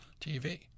TV